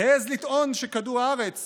העז לטעון שכדור הארץ